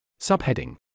Subheading